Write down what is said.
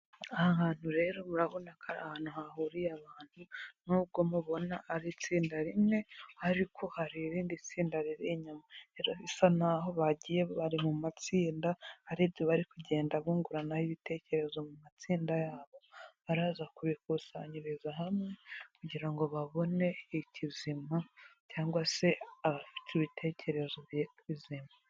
Aha hantu rero murabona ko ari ahantu hahuriye abantu, nubwo mubona ari itsinda rimwe, ariko hari irindi tsinda riri inyuma, rero bisa naho bagiye bari mu matsinda, hari ibyo bari kugenda bunguranaho ibitekerezo mu matsinda yabo, baraza kubikusanyiriza hamwe, kugira ngo babone ikizima, cyangwa se abafite ibitekerezo bizima.